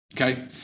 Okay